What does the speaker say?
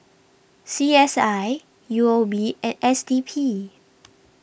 C S I U O B and S D P